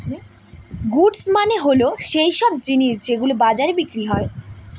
goods মানে হল সৈইসব জিনিস যেগুলো বাজারে বিক্রি হয়